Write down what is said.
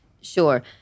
Sure